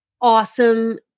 awesome